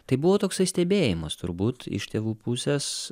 tai buvo toksai stebėjimas turbūt iš tėvų pusės